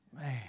Man